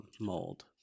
mold